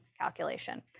calculation